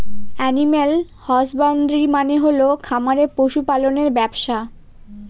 animal husbandry মানে হল খামারে পশু পালনের ব্যবসা